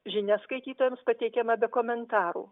žinia skaitytojams pateikiama be komentarų